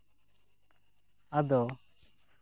ᱟᱫᱚ